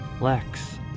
Lex